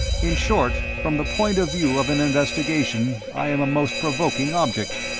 in short, from the point of view of an investigation, i am a most provoking object.